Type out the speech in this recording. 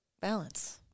Balance